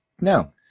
No